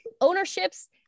ownerships